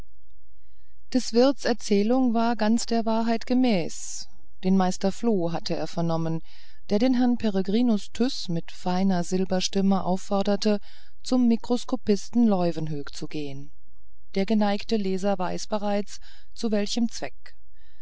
des wirts erzählung war ganz der wahrheit gemäß den meister floh hatte er vernommen der den herrn peregrinus tyß mit feiner silberstimme aufforderte zum mikroskopisten leuwenhoek zu gehen der geneigte leser weiß bereits zu welchem zweck